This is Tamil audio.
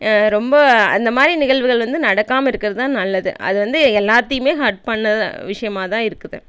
ரொம்ப அந்த மாரி நிகழ்வுகள் வந்து நடக்காமல் இருக்குறது தான் நல்லது அது வந்து எல்லாத்தையுமே ஹர்ட் பண்ண விஷயமாக தான் இருக்குது